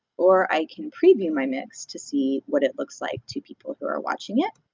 or i can preview my mix to see what it looks like to people who are watching it.